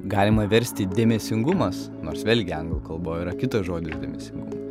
galima versti dėmesingumas nors vėlgi anglų kalboj yra kitas žodis dėmesingum